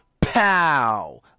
pow